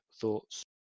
thoughts